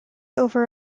over